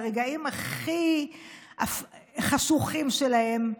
ברגעים הכי חשוכים שלהם,